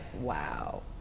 wow